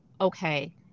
okay